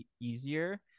easier